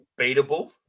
beatable